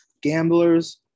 Gamblers